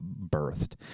birthed